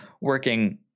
working